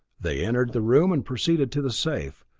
they entered the room and proceeded to the safe,